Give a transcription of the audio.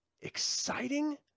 exciting